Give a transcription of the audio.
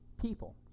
people